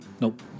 Nope